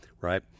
right